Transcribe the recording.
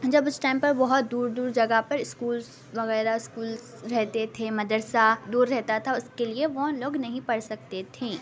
جب اس ٹائم پر بہت دور دور جگہ پر اسکولس وغیرہ اسکولس رہتے تھے مدرسہ دور رہتا تھا اس کے لئے وہ لوگ نہیں پڑھ سکتے تھیں